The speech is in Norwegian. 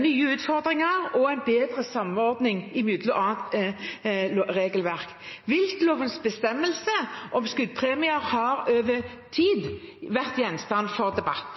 nye utfordringer og en bedre samordning med annet regelverk. Viltlovens bestemmelse om skuddpremie har over tid vært gjenstand for debatt.